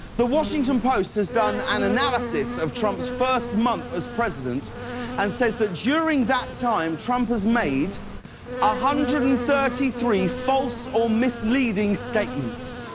the washington post has done an analysis of trump's first month as president and says that during that time trump has made one ah hundred and thirty three false or misleading statements.